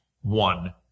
one